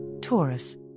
Taurus